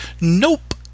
Nope